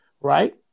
right